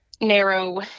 narrow